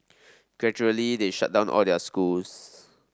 gradually they shut down all their schools